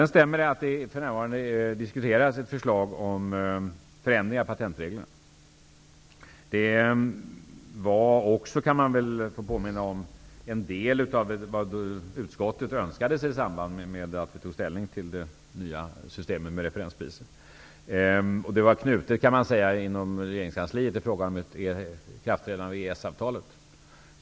Det stämmer att det för närvarande diskuteras ett förslag om förändringar av patentreglerna. Det var också en del av vad utskottet önskade sig i samband med att vi tog ställning till det nya systemet med referenspriser. Det var inom regeringskansliet knutet till frågan om ett ikraftträdande av EES avtalet.